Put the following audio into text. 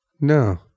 No